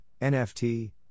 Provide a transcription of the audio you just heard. NFT